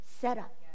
setup